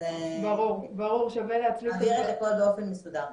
אנחנו נעביר את הכול באופן מסודר.